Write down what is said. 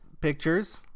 pictures